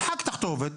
מחק את הכתובת.